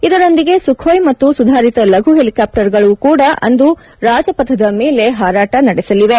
ಇದರೊಂದಿಗೆ ಸುಖೋಯ್ ಮತ್ತು ಸುಧಾರಿತ ಲಘು ಹೆಲಿಕಾಪ್ಸರ್ಗಳು ಕೂಡ ಅಂದು ರಾಜಪಥದ ಮೇಲೆ ಹಾರಾಟ ನಡೆಸಲಿವೆ